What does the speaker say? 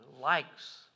Likes